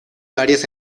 varias